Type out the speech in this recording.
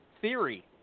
theory